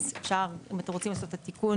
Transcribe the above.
אז אפשר, אם אתם רוצים, לעשות את התיקון.